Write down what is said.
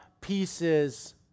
pieces